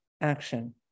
action